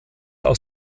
aus